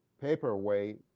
paperweight